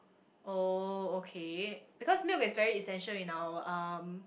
oh okay because milk is very essential in our um